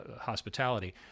hospitality